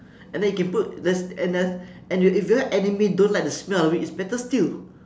and then you can put this and uh and if your enemy don't like the smell of it is better still